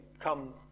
come